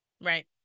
Right